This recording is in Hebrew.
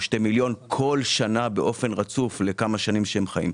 2 מיליון כל שנה באופן רצוף לכמה שנים שהם חיים.